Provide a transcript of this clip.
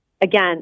again